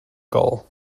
gall